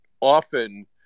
often